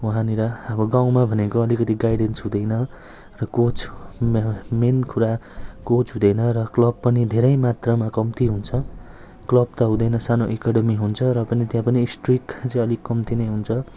वहाँनिर अब गाउँमा भनेको अलिकति गाइडेन्स हुँदैन र कोच मे मेन कुरा कोच हुँदैन र क्लब पनि धेरै मात्रामा कम्ती हुन्छ क्लब त हुँदैन सानो एकाडेमी हुन्छ र पनि त्यहाँ पनि स्ट्रिक्ट चाहिँ अलिक कम्ती नै हुन्छ